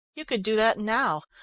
you could do that now.